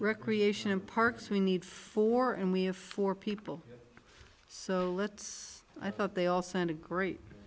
recreation and parks we need for and we have four people so let's i thought they also had a great